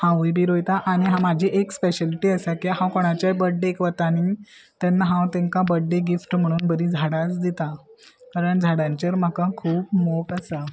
हांवूय बी रोयता आनी म्हाजी एक स्पेशलिटी आसा की हांव कोणाचेय बेड्डे वता न्ही तेन्ना हांव तांकां बर्थडे गिफ्ट म्हणून बरी झाडांच दितां कारण झाडांचेर म्हाका खूब मोग आसा